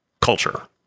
culture